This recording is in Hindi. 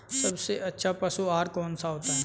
सबसे अच्छा पशु आहार कौन सा होता है?